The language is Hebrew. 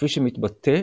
כפי שמתבטא